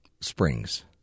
Springs